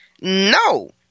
No